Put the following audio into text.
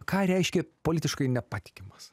ką reiškė politiškai nepatikimas